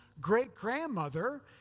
great-grandmother